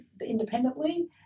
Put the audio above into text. independently